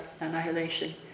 annihilation